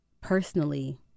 personally